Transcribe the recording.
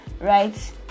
right